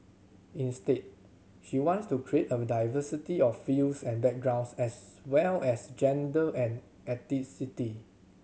instead she wants to create diversity of fields and backgrounds as well as gender and ethnicity